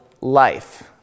life